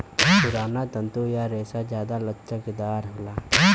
पुराना तंतु या रेसा जादा लचकदार होला